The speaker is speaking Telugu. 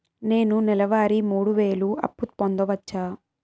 నేను నెల వారి మూడు వేలు అప్పు పొందవచ్చా?